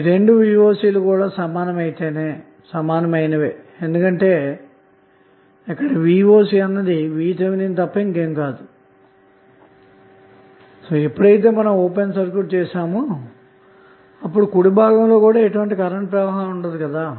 ఈ రెండు vocలు కూడా సమానమైనవే ఎందుకంటే ఇక్కడ vocఅన్నది VTh తప్ప ఇంకేమి కాదు ఎందుకంటె ఎప్పుడైతే మనం ఓపెన్ సర్క్యూట్చేసామో అప్పుడు కుడి భాగంలో ఎటువంటి కరెంటు ప్రవాహం ఉండదు కనక